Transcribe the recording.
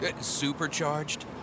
Supercharged